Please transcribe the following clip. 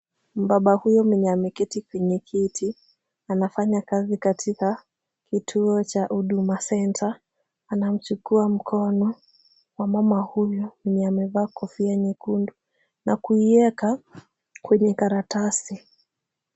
Mbaba huyo mwenye ameketi kwenye kiti, anafanya kazi katika kituo cha huduma center, anamchukua mkono wa mama huyo mwenye amevaa kofia nyekundu, na kuiweka kwenye karatasi.